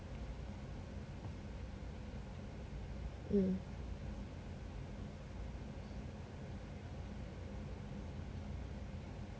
mm